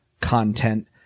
content